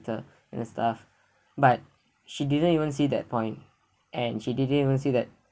ter~ and the stuff but she didn't even see that point and she didn't even see that